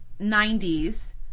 90s